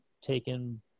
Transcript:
taken